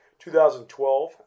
2012